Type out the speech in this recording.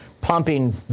pumping